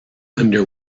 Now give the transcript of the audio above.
under